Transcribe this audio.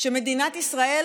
שמדינת ישראל